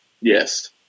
Yes